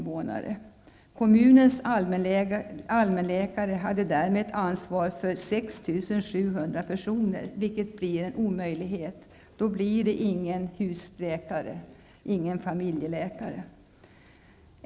Varje allmänläkare i kommunen hade därmed ansvar för 6 700 personer, vilket är en omöjlighet. Då blir det inte någon husläkare eller familjeläkare.